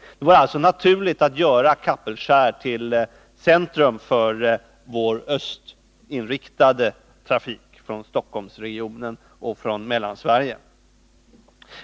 Det vore alltså naturligt att göra Kapellskär till centrum för vår östinriktade trafik från Stockholmsregionen och från Mellansverige.